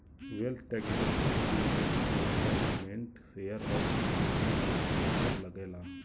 wealth tax जइसे की market में इन्वेस्टमेन्ट शेयर और सिक्योरिटी रखले पर लगेला